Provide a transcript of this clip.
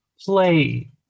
play